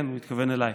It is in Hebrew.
כן, הוא התכוון אליי.